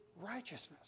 righteousness